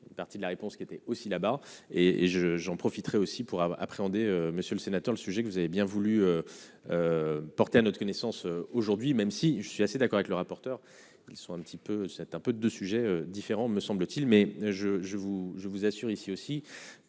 partie de la réponse qui était aussi là-bas et et je j'en profiterai aussi pour appréhender, monsieur le sénateur, le sujet que vous avez bien voulu porter à notre connaissance, aujourd'hui, même si je suis assez d'accord avec le rapporteur, ils sont un petit peu, c'est un peu de sujets différents, me semble-t-il, mais je je vous, je vous assure, ici aussi